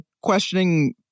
questioning